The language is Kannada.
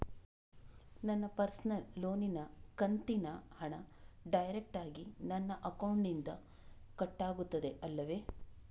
ನನ್ನ ಪರ್ಸನಲ್ ಲೋನಿನ ಕಂತಿನ ಹಣ ಡೈರೆಕ್ಟಾಗಿ ನನ್ನ ಅಕೌಂಟಿನಿಂದ ಕಟ್ಟಾಗುತ್ತದೆ ಅಲ್ಲವೆ?